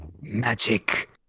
Magic